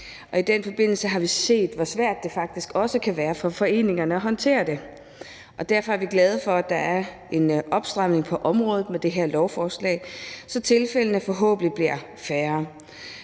I den forbindelse har vi set, hvor svært det faktisk også kan være for foreningerne at håndtere det, og derfor er vi glade for, at der er en opstramning på området med det her lovforslag, så tilfældene forhåbentlig bliver færre.